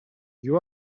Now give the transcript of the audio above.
you